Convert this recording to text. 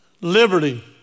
liberty